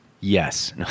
Yes